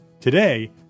Today